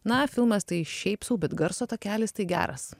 na filmas tai šiaip sau bet garso takelis tai geras